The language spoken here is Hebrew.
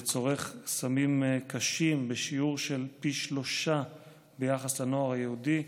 וצורך סמים קשים בשיעור של פי שלושה ביחס לנוער היהודי.